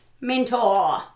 Mentor